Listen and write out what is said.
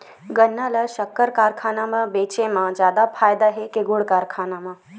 गन्ना ल शक्कर कारखाना म बेचे म जादा फ़ायदा हे के गुण कारखाना म?